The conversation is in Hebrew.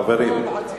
חברים,